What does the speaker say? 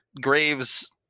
Graves